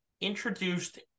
introduced